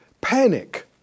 panic